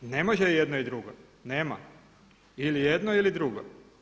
Ne može jedno i drugo, nema ili jedno ili drugo.